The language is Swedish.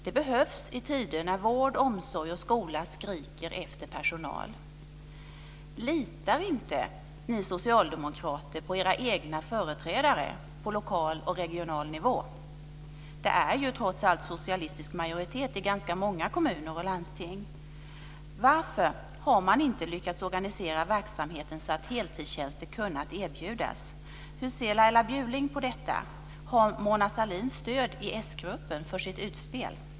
Det behövs i tider när vård, omsorg och skola skriker efter personal. Litar inte ni socialdemokrater på era egna företrädare på lokal och regional nivå? Det är trots allt socialistisk majoritet i ganska många kommuner och landsting. Varför har man inte lyckats organisera verksamheten så att heltidstjänster kunnat erbjudas? Hur ser Laila Bjurling på detta? Har Mona Sahlin stöd i s-gruppen för sitt utspel?